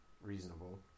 reasonable